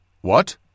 What